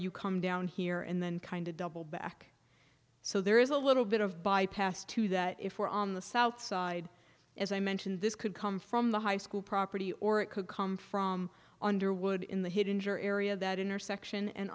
you come down here and then kind of double back so there is a little bit of bypass too that if we're on the south side as i mentioned this could come from the high school property or it could come from underwood in the hit injure area that intersection and